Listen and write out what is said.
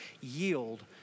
yield